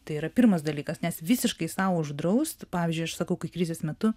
tai yra pirmas dalykas nes visiškai sau uždraust pavyzdžiui aš sakau kai krizės metu